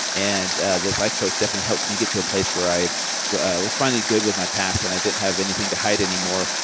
and ah this life coach definitely helped me get to a place where i was finally good with my past and i didn't have anything to hide anymore.